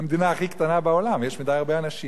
המדינה הכי קטנה בעולם, יש מדי הרבה אנשים.